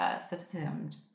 subsumed